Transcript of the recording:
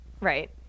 right